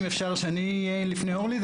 אם זה בסדר אני אתחיל לפני אורלי,